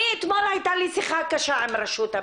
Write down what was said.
אתמול הייתה לי שיחה קשה עם רשות המסים.